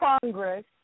Congress